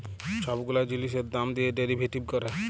ছব গুলা জিলিসের দাম দিঁয়ে ডেরিভেটিভ ক্যরে